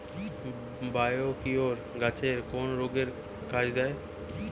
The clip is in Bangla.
বায়োকিওর গাছের কোন রোগে কাজেদেয়?